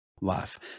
life